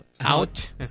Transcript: out